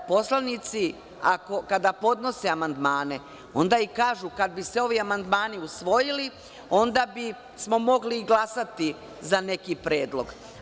Poslanici kada podnose amandmane, onda i kažu, kada bi se ovi amandmani usvojili, onda bismo mogli glasati za neki predlog.